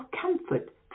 comfort